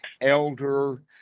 elder